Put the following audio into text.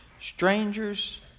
strangers